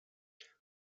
ich